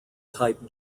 type